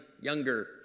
younger